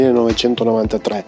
1993